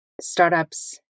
startups